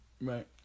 Right